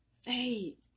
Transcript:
faith